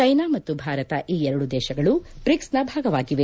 China ಮತ್ತು ಭಾರತ ಈ ಎರಡೂ ದೇಶಗಳು ಬ್ರಿಕ್ಸ್ನ ಭಾಗವಾಗಿವೆ